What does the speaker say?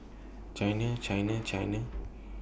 China China China